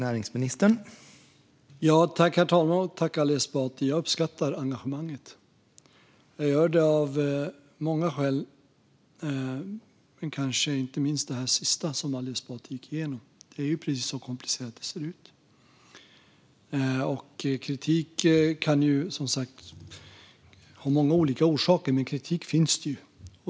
Herr talman! Tack, Ali Esbati - jag uppskattar engagemanget av många skäl, kanske inte minst det sista som Ali Esbati gick igenom. Det är precis så komplicerat. Det kan finnas många orsaker till kritik, och kritik finns.